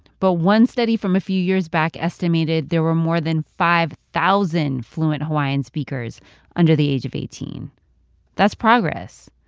but one study from a few years back estimated there were more than five thousand fluent hawaiian speakers under the age of eighteen point that's progress,